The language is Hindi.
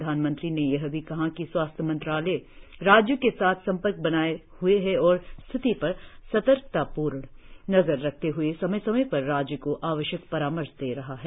प्रधानमंत्री ने यह भी कहा कि स्वास्थ्य मंत्रालय राज्यों के साथ सम्पर्क बनाए हए है और स्थिति पर सतर्कतापूर्ण नजर रखते हुए समय समय पर राज्यों को आवश्यक परामर्श दे रहा है